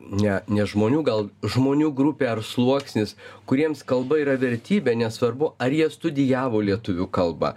ne ne žmonių gal žmonių grupė ar sluoksnis kuriems kalba yra vertybė nesvarbu ar jie studijavo lietuvių kalbą